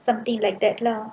something like that lah